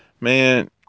man